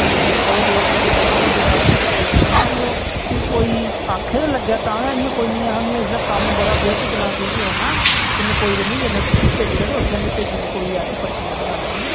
नेईं नेई ओहे ते दिने हा सर ओहदी कोई गल्ल नेई कोई आक्खै गै लग्गै तां गै इयां कोई नेईं इसलै में कम्म बड़ा बड़ा ब्यस्त चला ना ते में कोई चक्कर नी में भेजगा ते उसले में भेजी ओड़ने कोई ऐसी परेशानी आहिली गल्ल नेईं ऐ